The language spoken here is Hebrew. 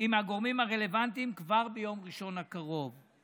עם הגורמים הרלוונטיים כבר ביום ראשון הקרוב.